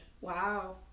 wow